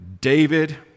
David